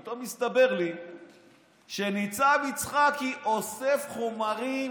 פתאום מסתבר לי שניצב יצחקי אוסף חומרים